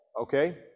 okay